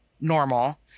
normal